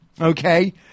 okay